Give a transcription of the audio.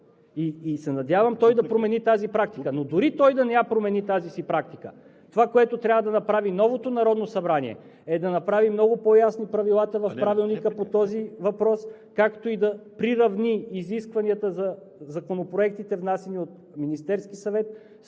Надявам се, той да промени тази си практика. Но дори той да не промени тази си практика, това, което трябва да направи новото Народно събрание, е да направи много по-ясни правилата в Правилника по този въпрос, както и да приравни изискванията за законопроектите, внасяни от Министерския съвет,